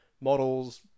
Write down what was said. models